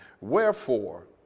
Wherefore